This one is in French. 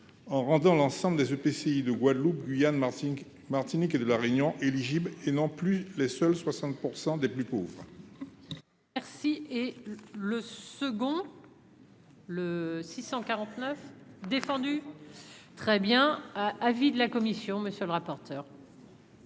en rendant l'ensemble des EPCI de Guadeloupe, Guyane, Martinique, Martinique et de la Réunion éligible, et non plus les seuls 60 % des plus pauvres. Merci, et le second. Le 649 défendu très bien avis de la commission, monsieur le rapporteur.